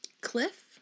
cliff